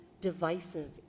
divisive